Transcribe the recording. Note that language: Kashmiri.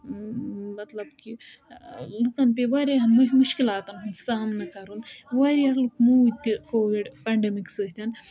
مطلَب کہِ لُکَن پیٚیہِ واریاہ مُشکِلاتَن ہُنٛد سامنہٕ کرُن واریاہ لُکھ موٗدۍ تہِ کووِڈ پیٚنڈیمِک سٟتیٚن